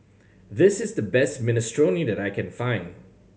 this is the best Minestrone that I can find